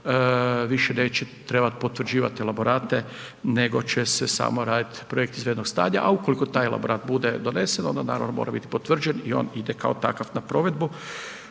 više neće trebati potvrđivati elaborate nego će se samo raditi projekti iz .../Govornik se ne razumije./... stanja a ukoliko taj elaborat bude donesen onda naravno mora biti i potvrđen i on ide kao takav na provedbu.